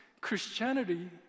Christianity